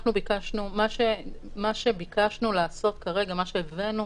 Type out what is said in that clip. מה שביקשנו לעשות כרגע, מה שהבאנו